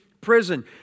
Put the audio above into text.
prison